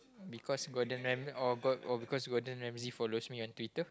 because Gordon-Ramsay or or because Gordon-Ramsay follows me on Twitter